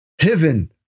heaven